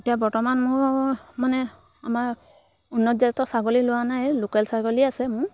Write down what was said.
এতিয়া বৰ্তমান মোৰ মানে আমাৰ উন্নতজাতৰ ছাগলী লোৱা নাই লোকেল ছাগলী আছে মোৰ